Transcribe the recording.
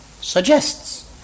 suggests